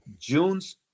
june's